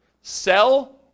sell